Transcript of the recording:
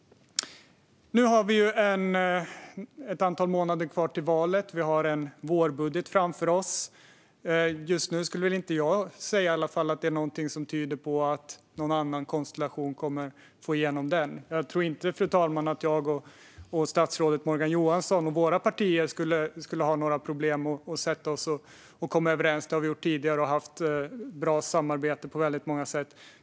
Det är ett antal månader kvar till valet. Vi har en vårbudget framför oss, och just nu tyder inget på att någon annan konstellation kommer att få igenom den. Jag tror inte att mitt och statsrådet Morgan Johanssons partier skulle ha några problem att komma överens. Det har vi gjort tidigare och haft bra samarbete på många sätt.